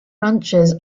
ranchers